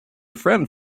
friend